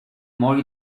more